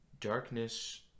darkness